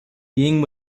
being